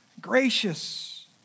gracious